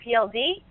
PLD